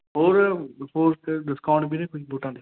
ਹੋਰ ਡਿਸਕਾਊਂਟ ਵੀਰ ਕੋਈ ਬੂਟਾਂ 'ਤੇ